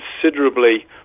considerably